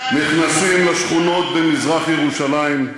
נכנסים לשכונות במזרח-ירושלים,